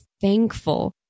thankful